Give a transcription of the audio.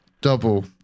double